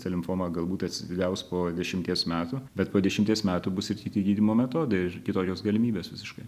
ta limfoma galbūt atsigaus po dešimties metų bet po dešimties metų bus ir kiti gydymo metodai ir kitokios galimybės visiškai